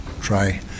try